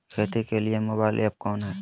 खेती के लिए मोबाइल ऐप कौन है?